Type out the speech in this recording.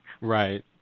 Right